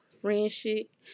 friendship